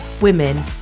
women